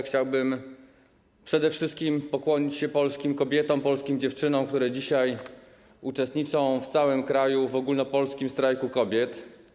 Chciałbym przede wszystkim pokłonić się polskim kobietom, polskim dziewczynom, które dzisiaj uczestniczą w całym kraju w Ogólnopolskim Strajku Kobiet.